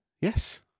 Yes